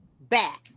back